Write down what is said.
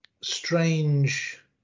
strange